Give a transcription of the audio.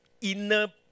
inner